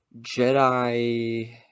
Jedi